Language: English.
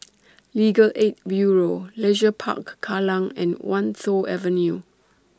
Legal Aid Bureau Leisure Park Kallang and Wan Tho Avenue